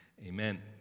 Amen